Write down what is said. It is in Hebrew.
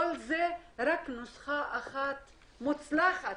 לכל זה יש נוסחה אחת מוצלחת.